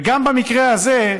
וגם במקרה הזה,